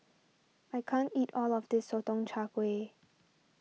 I can't eat all of this Sotong Char Kway